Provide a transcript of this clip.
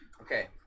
Okay